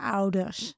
ouders